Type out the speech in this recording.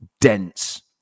dense